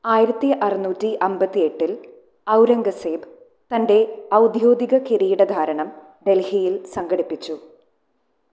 ആയിരത്തി അറുനൂറ്റി അമ്പത്തി എട്ടിൽ ഔറംഗസേബ് തൻ്റെ ഔദ്യോഗിക കിരീടധാരണം ഡൽഹിയിൽ സംഘടിപ്പിച്ചു